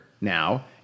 now